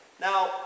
Now